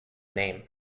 name